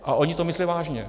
A oni to myslí vážně.